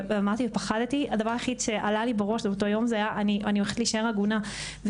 פחדתי והדבר היחיד שעלה לי באותו יום זה שאני הולכת להישאר עגונה.